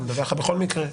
הוא מדווח לך בכל מקרה.